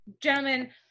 gentlemen